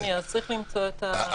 צריכים לצאת.